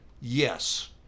yes